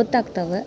ಗೊತ್ತಾಗ್ತವೆ